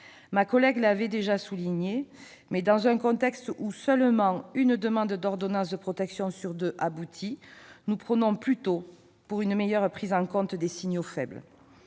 Ma collègue l'avait déjà souligné, dans un contexte où seulement une demande d'ordonnance de protection sur deux aboutit, nous prônons plutôt la meilleure prise en compte des signaux dits